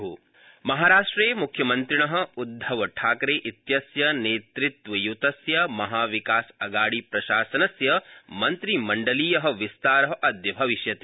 महाराष्ट्रमंत्रिमण्डलविस्तार महाराष्ट्रे मुख्यमन्त्रिण उद्धवठाकरे इत्यस्य नेतृत्वयुतस्य महाविकास अगाडी प्रशासनस्य मन्त्रिमण्डलीय विस्तार अद्य भविष्यति